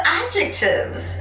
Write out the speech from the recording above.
adjectives